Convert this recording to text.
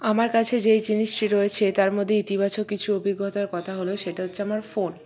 আমার কাছে যেই জিনিসটি রয়েছে তার মধ্যে ইতিবাচক কিছু অভিজ্ঞতার কথা হলো সেটা হচ্ছে আমার ফোন